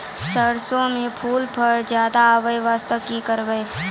सरसों म फूल फल ज्यादा आबै बास्ते कि करबै?